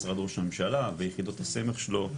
משרד ראש הממשלה ויחידות הסמך שלו,